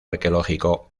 arqueológico